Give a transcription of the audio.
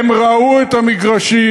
הם ראו את המגרשים,